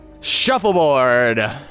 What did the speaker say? Shuffleboard